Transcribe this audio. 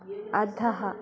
अधः